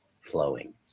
flowing